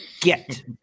Get